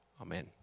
Amen